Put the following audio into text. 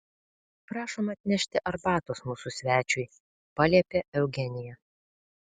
prašom atnešti arbatos mūsų svečiui paliepė eugenija